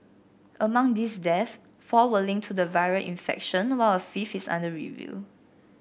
among these deaths four were linked to the viral infection while a fifth is under review